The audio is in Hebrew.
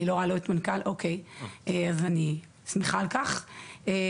אני שמחה על כך שנמצאים,